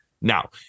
Now